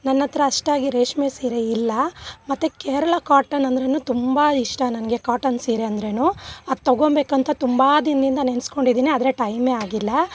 ನನ್ನಹತ್ರ ಅಷ್ಟಾಗಿ ರೇಷ್ಮೆ ಸೀರೆ ಇಲ್ಲ ಮತ್ತು ಕೇರಳ ಕಾಟನ್ ಅಂದ್ರು ತುಂಬ ಇಷ್ಟ ನಂಗೆ ಕಾಟನ್ ಸೀರೆ ಅಂದ್ರೆ ಅದು ತಗೊಬೇಕಂತ ತುಂಬ ದಿನದಿಂದ ನೆನಸ್ಕೊಂಡಿದೀನಿ ಆದರೆ ಟೈಮೆ ಆಗಿಲ್ಲ